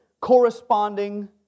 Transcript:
corresponding